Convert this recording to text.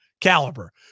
caliber